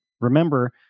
remember